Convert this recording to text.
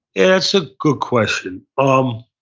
and that's a good question. um